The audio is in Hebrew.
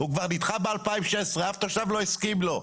הוא כבר נדחה ב-2016, אף תושב לא הסכים לו.